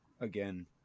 again